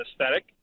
aesthetic